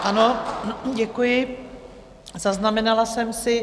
Ano, děkuji, zaznamenala jsem si.